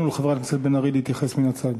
ולחברת הכנסת בן ארי להתייחס מן הצד.